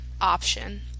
option